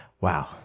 Wow